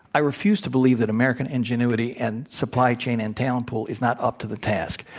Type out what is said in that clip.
i refuse to believe that american ingenuity, and supply chain, and talent pool is not up to the task.